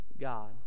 God